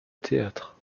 théâtre